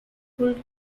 full